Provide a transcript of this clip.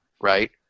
right